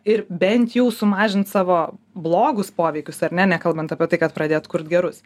ir bent jau sumažint savo blogus poveikius ar ne nekalbant apie tai kad pradėt kurt gerus